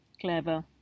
clever